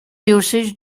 usage